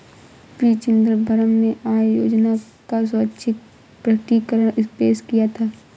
P Chidambaram ने आय योजना का स्वैच्छिक प्रकटीकरण पेश किया था